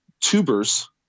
tubers